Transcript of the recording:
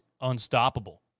unstoppable